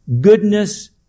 goodness